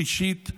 שלישית,